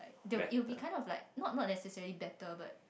it'll be kind of like not not necessarily better but